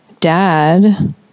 dad